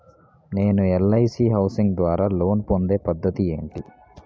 నేను LIC housing ద్వారా loan పొందే పద్ధతి ఏంటి?